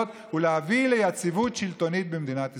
ולהביא ליציבות שלטונית במדינת ישראל.